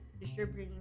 distributing